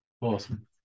Awesome